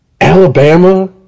Alabama